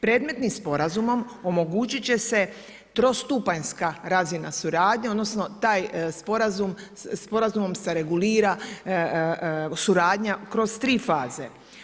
Predmetnim sporazumom omogućiti će se trostupanjska razina suradnje, odnosno tim sporazumom se regulira suradnja kroz tri faze.